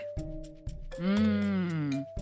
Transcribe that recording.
Mmm